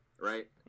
right